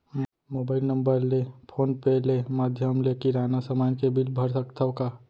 Mobile number ले phone पे ले माधयम ले किराना समान के बिल भर सकथव का?